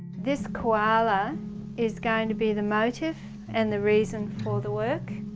this koala is going to be the motive and the reason for the work.